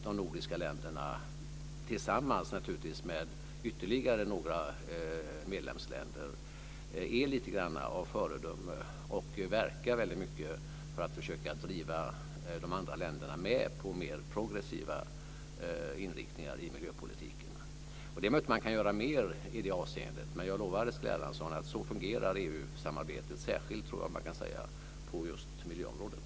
De nordiska länderna är tillsammans med ytterligare några medlemsländer lite grann av föredömen och verkar väldigt mycket för att försöka driva på de andra länderna och få dem med på mer progressiva inriktningar i miljöpolitiken. Det är möjligt att man kan göra mer i det avseendet, men jag lovar Eskil Erlandsson att EU samarbetet fungerar så särskilt, tror jag man kan säga, på just miljöområdet.